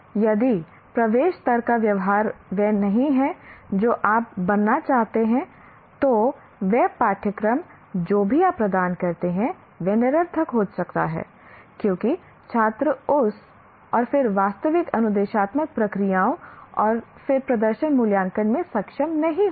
यदि प्रवेश स्तर का व्यवहार वह नहीं है जो आप बनना चाहते थे तो वह पाठ्यक्रम जो भी आप प्रदान करते हैं वह निरर्थक हो जाता है क्योंकि छात्र उस और फिर वास्तविक अनुदेशात्मक प्रक्रियाओं और फिर प्रदर्शन मूल्यांकन में सक्षम नहीं होंगे